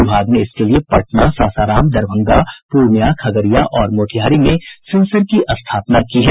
विभाग ने इसके लिए पटना सासाराम दरभंगा पूर्णिया खगड़िया और मोतिहारी में सेंसर की स्थापना की है